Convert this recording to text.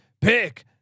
Pick